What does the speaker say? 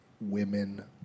Women